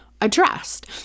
addressed